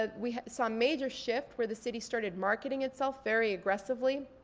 ah we saw a major shift where the city started marketing itself very aggressively